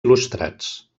il·lustrats